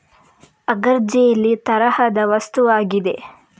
agar jelly ತರಹದ ವಸ್ತುವಾಗಿದೆ